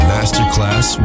Masterclass